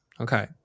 okay